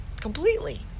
completely